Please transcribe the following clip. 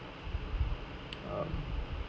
um